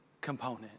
component